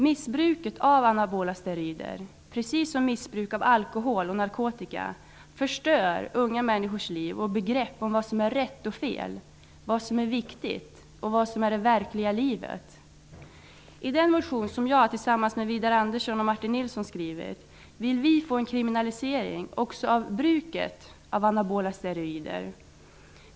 Missbruket av anabola steroider, precis som missbruk av alkohol och narkotika, förstör unga människors liv och begrepp om vad som är rätt och fel, vad som är viktigt och vad som är det verkliga livet. I den motion som jag har väckt tillsammans med Widar Andersson och Martin Nilsson vill vi få en kriminalisering också av bruket av anabola steroider.